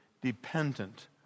dependent